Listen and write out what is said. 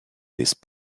these